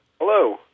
Hello